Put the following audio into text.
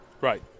Right